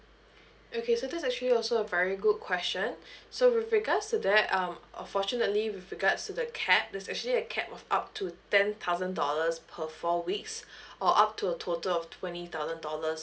okay so this actually also a very good question so with regards to that um unfortunately with regards to the cap there's actually a cap of up to ten thousand dollars per four weeks or up to a total of twenty thousand dollars